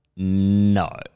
No